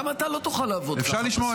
אפשר לשמור על השקט?